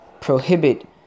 prohibit